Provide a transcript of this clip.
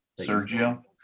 Sergio